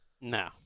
No